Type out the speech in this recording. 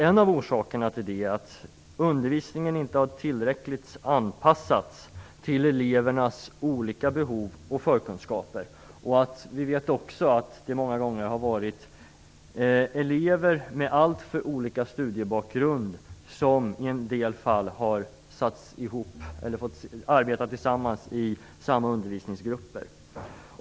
En av orsakerna till det är att undervisningen inte tillräckligt har anpassats till elevernas olika behov och förkunskaper. I en del fall har elever med alltför olika studiebakgrund fått arbeta tillsammans i gemensamma undervisningsgrupper.